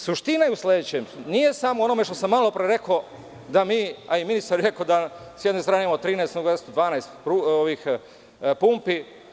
Suština je u sledećem, nije samo u onome što sam malo pre rekao da mi, a i ministar je rekao da sa jedne strane imao 13, sa druge strane 12 pumpi.